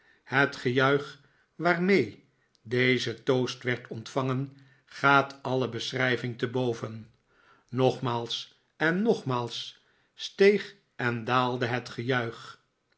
het gejuich waarmee deze toast werd ontvangen gaat alle beschrijving te boven nogmaals en nogmaals steeg en daalde het gejuich